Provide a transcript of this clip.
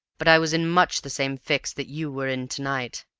but i was in much the same fix that you were in to-night,